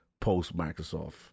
post-Microsoft